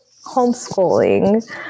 homeschooling